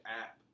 app